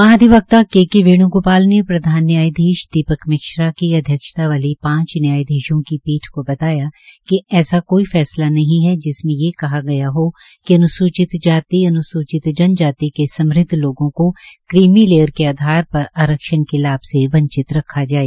महाधिवक्ता के के वेण्गोपाल ने प्रधानमंत्री न्यायधीश दीपक मिश्रा की अध्यक्षता वाली पांच न्यायधीशों की पीठ को बताया कि ऐसा कोई फैसला नही है जिसमें ये कहा गया है कि अन्सूचित जाति अन्सूचित जनजाति के समृद्ध लोगों को क्रीमी लेयर के आधार पर आरक्षण के लाभ से वंचित रखा जाए